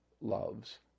loves